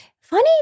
funny